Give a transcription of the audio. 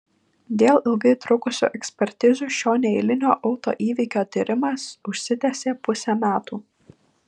dėl ilgai trukusių ekspertizių šio neeilinio autoįvykio tyrimas užsitęsė pusę metų